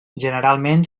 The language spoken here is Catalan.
generalment